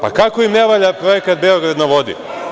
Pa kako im ne valja projekat „Beograd na vodi“